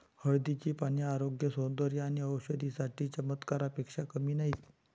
हळदीची पाने आरोग्य, सौंदर्य आणि औषधी साठी चमत्कारापेक्षा कमी नाहीत